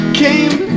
came